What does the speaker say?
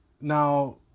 now